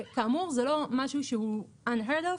כאמור, זה לא משהו שהוא דבר שלא נשמע כמוהו.